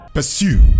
Pursue